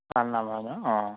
পাল নাম হয় ন অঁ